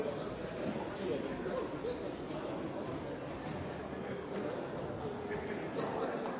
den gang har